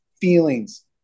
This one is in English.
feelings